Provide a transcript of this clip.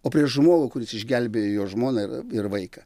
o prieš žmogų kuris išgelbėjo jo žmoną ir ir vaiką